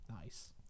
Nice